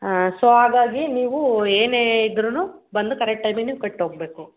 ಹಾಂ ಸೊ ಹಾಗಾಗಿ ನೀವು ಏನೇ ಇದ್ರೂ ಬಂದು ಕರೆಟ್ ಟೈಮಿಗೆ ನೀವು ಕಟ್ಟಿ ಹೋಗ್ಬೇಕು